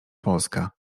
polska